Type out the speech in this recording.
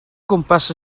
gwmpas